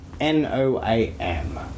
N-O-A-M